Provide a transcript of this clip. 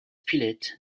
spilett